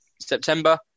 September